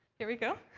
here we go.